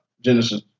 Genesis